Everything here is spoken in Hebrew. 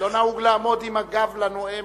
לא נהוג לעמוד עם הגב לנואם,